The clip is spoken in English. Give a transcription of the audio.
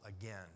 again